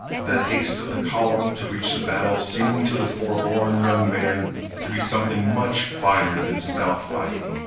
the haste of the column to reach the battle seemed to the forlorn young man to be something much finer than stout fighting.